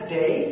day